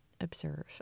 observe